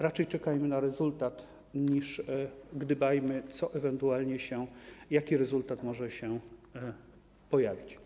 Raczej czekajmy na rezultat, niż gdybajmy, co ewentualnie będzie, jaki rezultat może się pojawić.